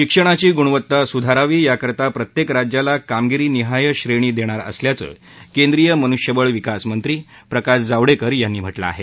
शिक्षणाची गुणवत्ता सुधारावी याकरता प्रत्येक राज्यांला कामगिरी निहाय श्रेणी देणार असल्याचं केंद्रीय मनुष्यबळ विकासमंत्री प्रकाश जावडेकर यांनी म्हटलं आहे